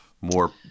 more